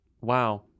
Wow